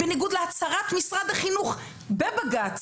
בניגוד להצהרת משרד החינוך בבג"ץ